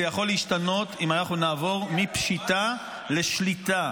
זה יכול להשתנות אם אנחנו נעבור מפשיטה לשליטה.